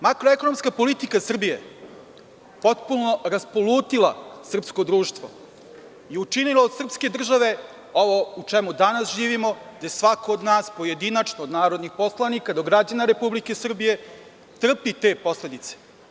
Makroekonomska politika Srbije je potpuno raspolutila srpsko društvo i učinila od srpske države ovo u čemu danas živimo, gde svako od nas pojedinačno, od narodnih poslanika do građana Republike Srbije, trpi te posledice.